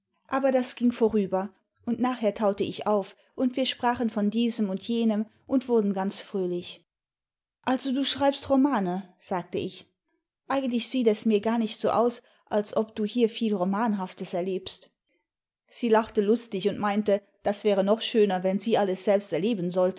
aber das ging vorüber und nachher taute ich auf und wir sprachen von diesem und jenem und wurcen ganz fröhlich also du schreibst romane sagte ich eigentlich sieht es mir gar nicht so aus als ob du hier viel romanhaftes erlebst sie lachte lustig und meinte das wäre noch schöner wenn sie alles selbst erleben